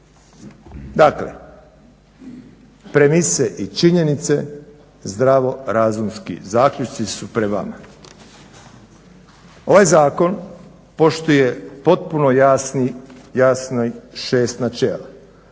Dakle, premise i činjenice zdravorazumski zaključci su pred vama. Ovaj zakon poštuje potpuno jasno 6 načela.